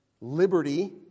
liberty